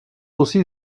aussi